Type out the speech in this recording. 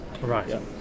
Right